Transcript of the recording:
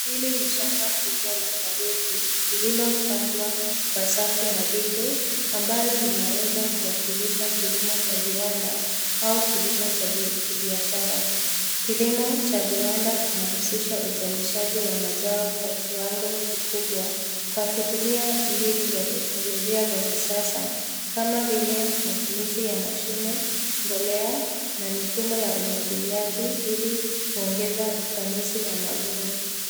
Hili ni shamba kubwa la kabechi lililopandwa kwa safu nadifu ambalo linaweza kuwakilisha kilimo cha viwanda au kilimo cha kibiashara. Kilimo cha viwanda kinausisha uzalishashi wa mazao kwa kiwango kikubwa kwa kutumia mbinu za kiteknolojia za kisasa kama vile matumizi ya mashine, mbolea na mfumo ya umwagiliaji ili kuongeza ufanisi na mafuno.